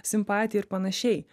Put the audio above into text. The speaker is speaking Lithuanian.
simpatija ir panašiai